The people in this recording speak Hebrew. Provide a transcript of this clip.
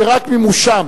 שרק מימושן,